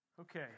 Okay